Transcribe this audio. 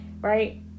right